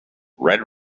red